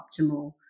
optimal